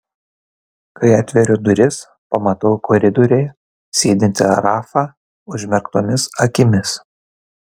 kai atveriu duris pamatau koridoriuje sėdintį rafą užmerktomis akimis